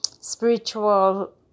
spiritual